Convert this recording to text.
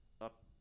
up